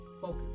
Focus